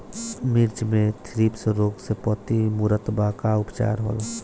मिर्च मे थ्रिप्स रोग से पत्ती मूरत बा का उपचार होला?